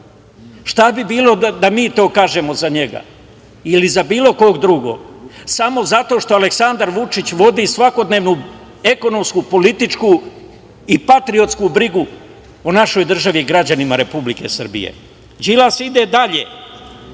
Šta bi bilo da mi to kažemo za njega ili za bilo koga drugog samo zato što Aleksandar Vučić vodi svakodnevnu, ekonomsku, političku i patriotsku brigu o našoj državi i građanima Republike Srbije. Đilas ide dalje.